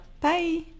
Bye